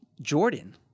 Jordan